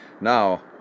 Now